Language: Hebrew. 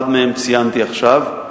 אחד מהם ציינתי עכשיו,